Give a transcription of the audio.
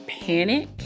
panic